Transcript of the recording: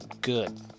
good